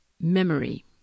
memory